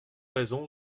raisons